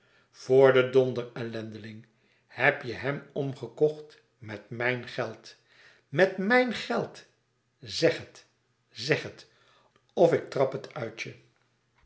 voor den donder ellendeling heb je hem omgekocht met mijn geld met mijn geld zeg het zeg het of ik trap het uit